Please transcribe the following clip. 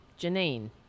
Janine